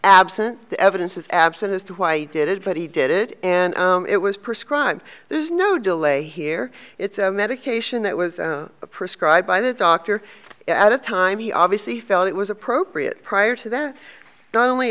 absent the evidence is absent as to why you did it but he did it and it was prescribed there's no delay here it's a medication that was prescribed by the doctor at a time he obviously felt it was appropriate prior to that not only